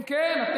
כן.